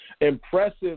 Impressive